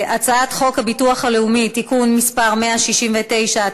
הצעת חוק הביטוח הלאומי (תיקון מס' 169),